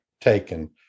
taken